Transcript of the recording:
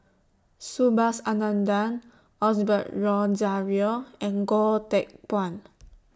Subhas Anandan Osbert Rozario and Goh Teck Phuan